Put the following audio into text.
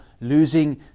losing